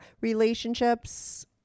relationships